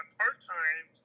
part-time